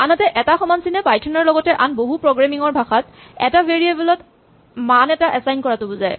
আনহাতে এটা সমান চিনে পাইথন ৰ লগতে আন বহু প্ৰগ্ৰেমিং ৰ ভাষাত এটা ভেৰিয়েবল ত মান এটা এচাইন কৰাটো বুজায়